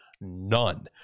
none